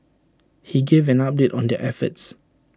he gave an update on their efforts